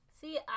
See